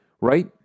right